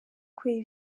kubera